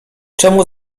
czemu